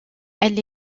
elle